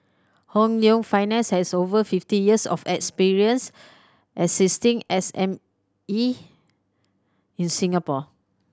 Hong Leong Finance has over fifty years of experience assisting S M E in Singapore